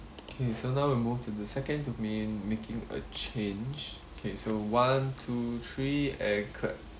okay so now we move to the second domain making a change okay so one two three and clap